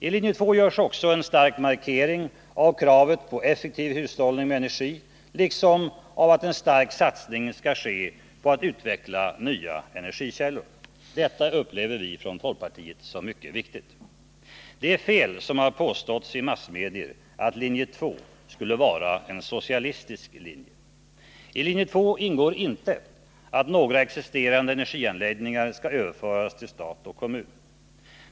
I linje 2 görs också en stark markering av kravet på effektiv hushållning med energi liksom av att en stark satsning skall ske på att utveckla nya energikällor. Detta upplever vi från folkpartiet som mycket viktigt. Det är fel, som har påståtts i massmedier, att linje 2 skulle vara en socialistisk linje. I linje 2 ingår inte att några existerande energianläggningar skall överföras till stat och kommun.